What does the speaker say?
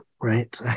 right